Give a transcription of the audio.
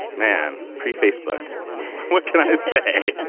man. pre facebook what can i say?